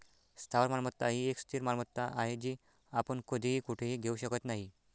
स्थावर मालमत्ता ही एक स्थिर मालमत्ता आहे, जी आपण कधीही कुठेही घेऊ शकत नाही